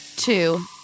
Two